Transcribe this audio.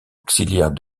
auxiliaire